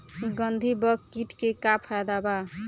गंधी बग कीट के का फायदा बा?